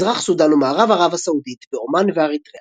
מזרח סודאן ומערב ערב הסעודית ועומאן ואריתריאה.